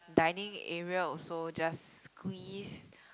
dining area also just squeeze